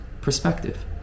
perspective